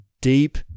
deep